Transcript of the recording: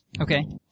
Okay